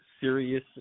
serious